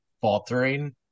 faltering